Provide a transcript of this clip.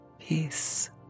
peace